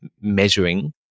measuring